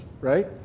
right